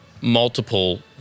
multiple